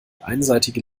einseitige